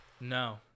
No